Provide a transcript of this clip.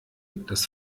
das